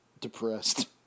Depressed